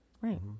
Right